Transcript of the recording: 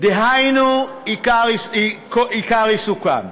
דהיינו עיקר עיסוקם.